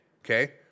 okay